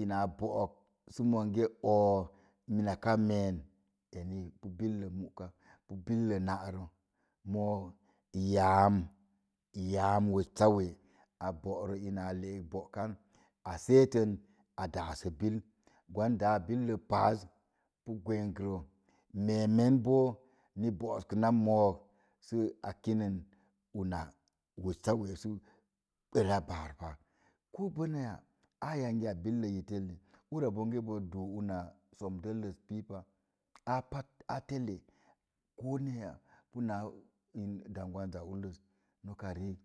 ina a bo'ok sə monge oo, minaka meen eni pu billə mu'ka, pu billə na'rə. Moo yaam, yaam weccawe, a bo'ra ina a le'ek bo'kan, asectən, a daasə bil, gwam daa billə paaz, pu gwenkrə. Meemen bo ni bo'os kəna mook si a kinən una weccawe sə bəra baar pa. Ko bonaya aa yangi ya billəi yi telle. Ura bonge bo duu una som dəllez piipa, aa pat aa telle koo neeya puna n dong gwanza ulləz, noka riik